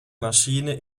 maschine